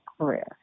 career